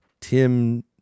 Tim